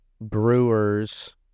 Brewers